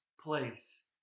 place